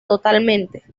totalmente